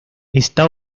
está